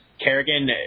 Kerrigan